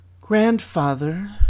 Grandfather